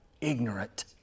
ignorant